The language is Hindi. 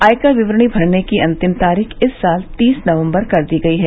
आयकर विवरणी भरने की अंतिम तारीख इस साल तीस नवंबर कर दी गई है